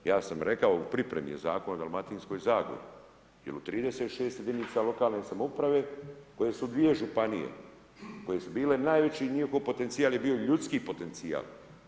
Ja sam rekao u pripremi Zakona o Dalmatinskoj zagori jer u 36 jedinica lokalne samouprave koje su dvije županije koje su bile najveći njihov potencijal je bio ljudski potencijal.